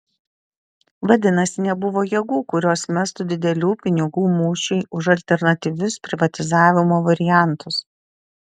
vadinasi nebuvo jėgų kurios mestų didelių pinigų mūšiui už alternatyvius privatizavimo variantus